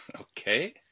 Okay